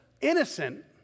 innocent